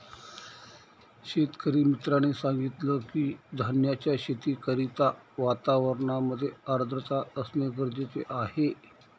शेतकरी मित्राने सांगितलं की, धान्याच्या शेती करिता वातावरणामध्ये आर्द्रता असणे गरजेचे आहे